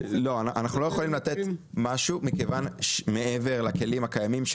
אנחנו לא יכולים לתת משהו מעבר לכלים הקיימים,